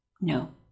No